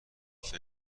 فکر